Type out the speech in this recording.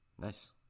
Nice